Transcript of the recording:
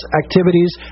activities